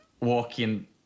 walking